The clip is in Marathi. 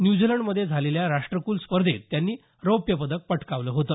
न्यूझीलंडमधे झालेल्या राष्ट्रकुल स्पर्धेत त्यांनी रौप्यपदक पटकावलं होतं